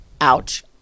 ouch